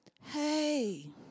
Hey